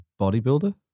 bodybuilder